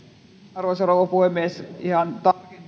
arvoisa rouva puhemies ihan